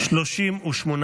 הסתייגות 6 לא נתקבלה.